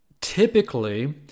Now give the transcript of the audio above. typically